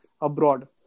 abroad